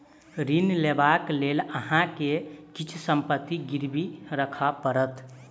ऋण लेबाक लेल अहाँ के किछ संपत्ति गिरवी राखअ पड़त